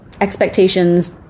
expectations